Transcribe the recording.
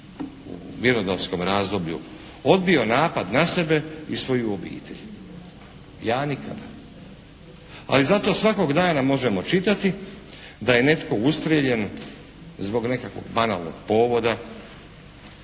u mirnodopskom razdoblju odbio napad na sebe i svoju obitelj? Ja nikada. Ali zato svakog dana možemo čitati da je netko ustrijeljen zbog nekakvog banalnog povoda,